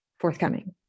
Forthcoming